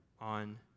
on